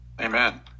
Amen